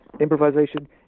improvisation